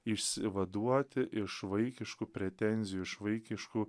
išsivaduoti iš vaikiškų pretenzijų iš vaikiškų